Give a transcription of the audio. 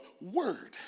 word